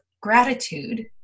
gratitude